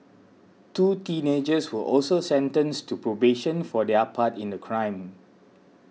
two teenagers were also sentenced to probation for their part in the crime